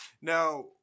Now